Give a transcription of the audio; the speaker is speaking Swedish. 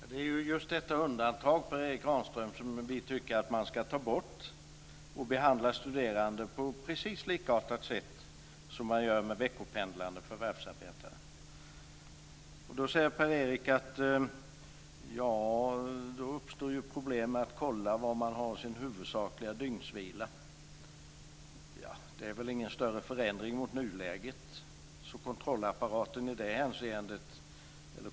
Fru talman! Det är det undantaget, Per Erik Granström, som vi tycker att man ska ta bort. Studerande ska behandlas på likartat sätt som veckopendlande förvärvsarbetare. Per Erik Granström säger då att problemet med att kontrollera var man har sin huvudsakliga dygnsvila uppstår. Det är väl ingen större förändring mot nuläget.